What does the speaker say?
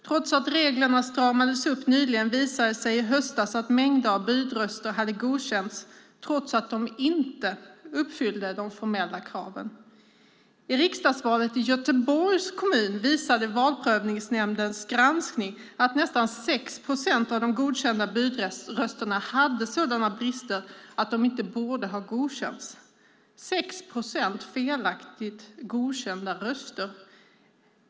Trots att reglerna nyligen stramats upp visade det sig i höstas att mängder av budröster hade godkänts trots att de inte uppfyllde de formella kraven. I riksdagsvalet i Göteborgs kommun visade Valprövningsnämndens granskning att nästan 6 procent av de godkända budrösterna hade sådana brister att de inte borde ha godkänts. 6 procent felaktigt godkända röster!